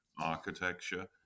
architecture